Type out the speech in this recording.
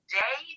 day